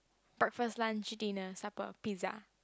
breakfast lunch dinner supper pizza